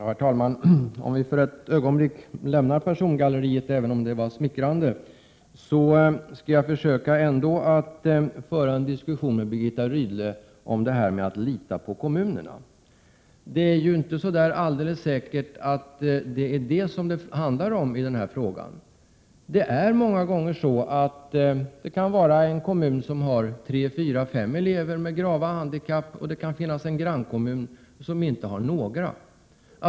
Herr talman! Om vi för ett ögonblick lämnar persongalleriet, även om det var smickrande, skall jag försöka föra en diskussion med Birgitta Rydle om detta med att lita på kommunerna. Det är inte alldeles säkert att det är vad denna fråga handlar om. Många gånger kan det vara så att det i en kommun finns fyra fem elever med grava handikapp, medan man i grannkommunen inte har några sådana elever.